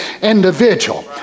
individual